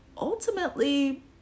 ultimately